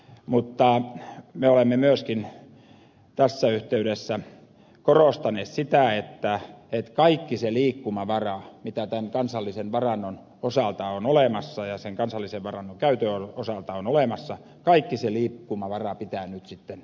mutta me olemme myöskin tässä yhteydessä korostaneet sitä että kaikki se liikkumavara joka tämän kansallisen varannon ja sen käytön osalta on olemassa pitää nyt sitten käyttää